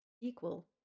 equal